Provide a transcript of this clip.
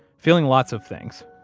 feeling lots of things,